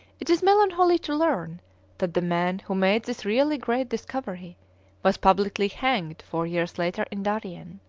it is melancholy to learn that the man who made this really great discovery was publicly hanged four years later in darien.